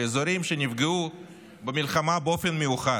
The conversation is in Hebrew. לאזורים שנפגעו במלחמה באופן מיוחד.